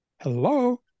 hello